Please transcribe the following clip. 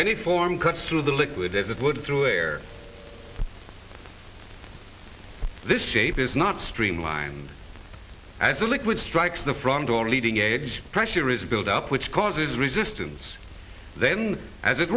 any form cuts through the liquid there's a good through air this shape is not streamlined as a liquid strikes the front door leading edge pressure is build up which causes resistance then as it